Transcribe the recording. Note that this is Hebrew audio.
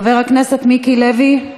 חבר הכנסת מיקי לוי,